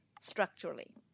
structurally